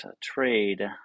trade